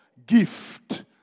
Gift